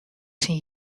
syn